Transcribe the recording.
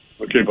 Okay